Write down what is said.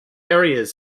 areas